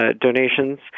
donations